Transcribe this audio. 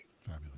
Fabulous